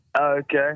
Okay